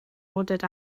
ordered